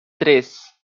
três